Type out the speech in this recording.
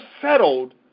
settled